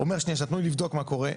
אמר שניה תנו לי לבדוק מה קורה.